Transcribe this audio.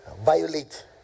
violate